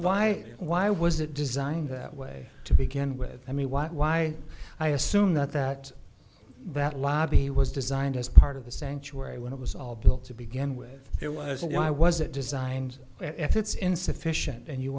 by why was it designed that way to begin with i mean why i assume that that that lobby was designed as part of the sanctuary when it was all built to begin with there wasn't why was it designed if it's insufficient and you